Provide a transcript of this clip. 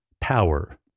power